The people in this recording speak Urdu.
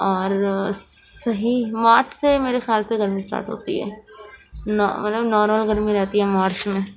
اور صحیح مارچ سے میرے خیال سے گرمی اسٹاٹ ہوتی ہے نو مطلب نارمل گرمی رہتی ہے مارچ میں